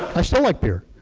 i still like beer.